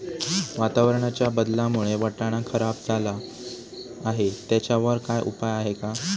वातावरणाच्या बदलामुळे वाटाणा खराब झाला आहे त्याच्यावर काय उपाय आहे का?